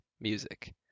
music